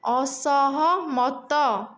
ଅସହମତ